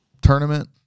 tournament